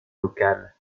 locale